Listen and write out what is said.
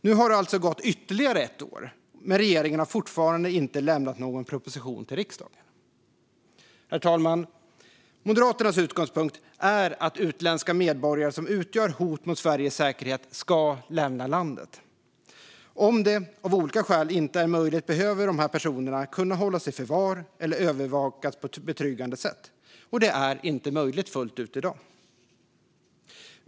Nu har det alltså gått ytterligare ett år, men regeringen har fortfarande inte lämnat någon proposition till riksdagen. Herr talman! Moderaternas utgångspunkt är att utländska medborgare som utgör hot mot Sveriges säkerhet ska lämna landet. Om det av olika skäl inte är möjligt behöver dessa personer kunna hållas i förvar eller övervakas på ett betryggande sätt. Det är inte möjligt fullt ut i dag.